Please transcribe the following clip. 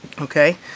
okay